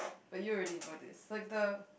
but you already know this like the